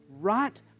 right